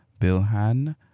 Bilhan